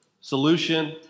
solution